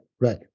right